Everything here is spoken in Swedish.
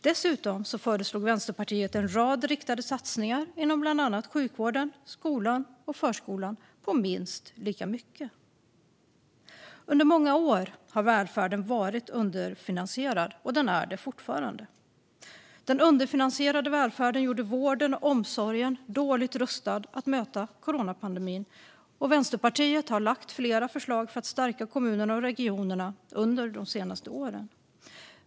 Dessutom föreslog Vänsterpartiet en rad riktade satsningar inom bland annat sjukvården, skolan och förskolan på minst lika mycket. Under många år har välfärden varit underfinansierad, och den är det fortfarande. Den underfinansierade välfärden gjorde vården och omsorgen dåligt rustade att möta coronapandemin. Vänsterpartiet har lagt fram flera förslag för att stärka kommunerna och regionerna under de senaste åren.